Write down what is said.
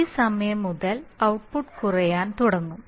ഈ സമയം മുതൽ ഔട്ട്പുട്ട് കുറയാൻ തുടങ്ങും